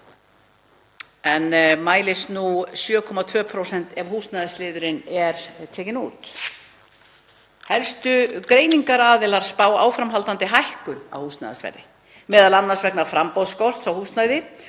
en mælist 7,2% ef húsnæðisliðurinn er tekinn út. „Helstu greiningaraðilar spá áframhaldandi hækkunum á húsnæðisverði, m.a. vegna framboðsskorts á húsnæði.